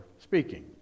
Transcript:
speaking